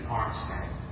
armstand